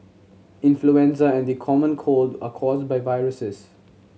influenza and the common cold are caused by viruses